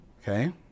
okay